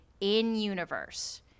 in-universe